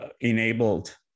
enabled